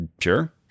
Sure